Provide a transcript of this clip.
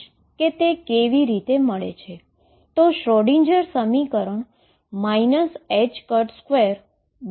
ચાલો હવે એક ઉદાહરણ દ્વારા સમજીએ